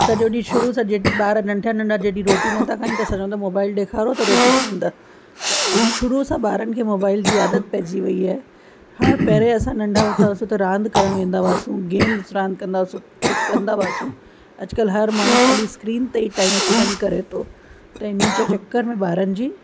सॼो ॾींहुं शुरू सां जंहिं ॿार नंढा नंढा जॾहिं रोटी नथा खाइनि त असां चऊं था मोबाइल ॾेखारो त रोटी खाईंदा त शुरू सां ॿारनि खे मोबाइल जी आदत पहिजी वई आहे हा पहिरें असां नंढा हूंदा हुआसीं त रांदि करण करण वेंदा हुआसीं गेम्स रांदि कंदा हुआसीं कुझु कंदा हुआसीं अॼुकल्ह हर माण्हू ख़ाली स्क्रीन ते ई टाइम स्पेंड करे थो त इन जे चक्कर में ॿारनि जी